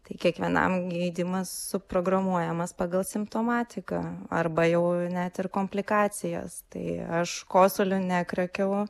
tai kiekvienam gydymas suprogramuojamas pagal simptomatiką arba jau net ir komplikacijas tai aš kosulio nekriokiau